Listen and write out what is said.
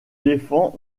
défend